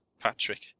Patrick